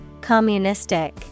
Communistic